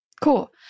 Cool